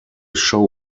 show